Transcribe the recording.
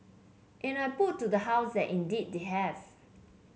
and I put to the House that indeed they have